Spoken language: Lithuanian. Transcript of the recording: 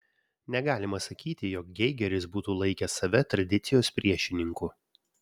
negalima sakyti jog geigeris būtų laikęs save tradicijos priešininku